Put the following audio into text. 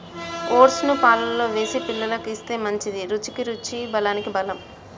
oats ను పాలల్లో వేసి పిల్లలకు ఇస్తే మంచిది, రుచికి రుచి బలానికి బలం